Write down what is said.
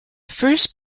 first